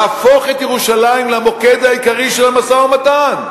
להפוך את ירושלים למוקד העיקרי של המשא-ומתן.